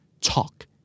Talk